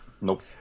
Nope